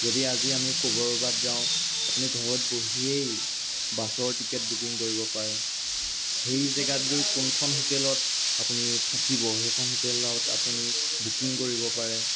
যদি আজি আমি ক'ৰবাত যাওঁ আপুনি ঘৰত বহিয়েই বাছৰ টিকেট বুকিং কৰিব পাৰে সেই জেগাত গৈ কোনখন হোটেলত আপুনি থাকিব সেইখন হোটেলত আপুনি বুকিং কৰিব পাৰে